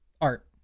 Art